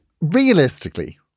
realistically